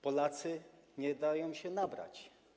Polacy nie dają się nabrać.